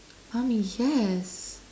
mommy yes